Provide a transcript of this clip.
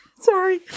Sorry